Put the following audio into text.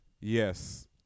Yes